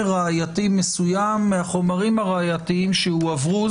ראייתי מסוים מהחומרים הראייתיים שהועברו.